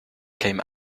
came